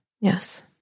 Yes